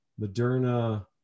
Moderna